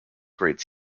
grade